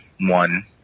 one